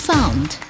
Found